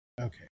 Okay